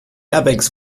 airbags